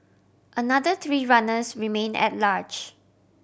another three runners remain at large